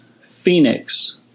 Phoenix